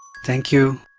thank you.